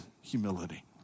humility